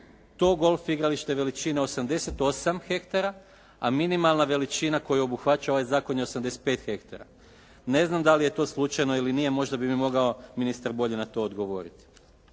to golf igralište veličine 88 hektara, a minimalna veličina koja obuhvaća ovaj zakon je 85 hektara. Ne znam da li je to slučajno ili nije, možda bi mi mogao ministar bolje na to odgovoriti.